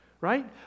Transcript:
right